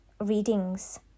readings